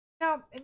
Now